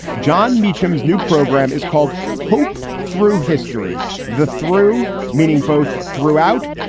jon meacham is new program is called hope through history the through meaning both throughout,